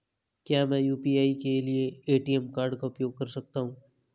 क्या मैं यू.पी.आई के लिए ए.टी.एम कार्ड का उपयोग कर सकता हूँ?